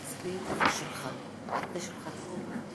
(חותם על ההצהרה) חברי הכנסת תם סדר-היום.